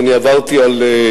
שעברתי על,